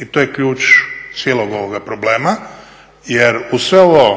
I to je ključ cijelog ovog problema, jer uz sve ovo